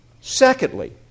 Secondly